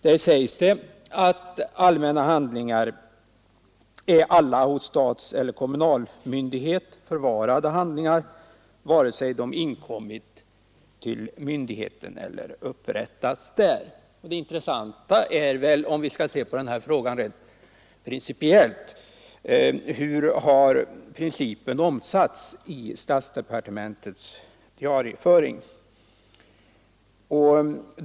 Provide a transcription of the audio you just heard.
Där sägs det: ”Allmänna handlingar äro alla hos statseller kommunalmyndighet förvarade handlingar, vare sig de till myndigheten inkommit eller blivit där upprättade.” Det intressanta är väl, om vi skall se på frågan rent principiellt, hur den principen har omsatts i statsdepartementens diarieföring.